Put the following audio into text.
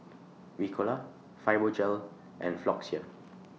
Ricola Fibogel and Floxia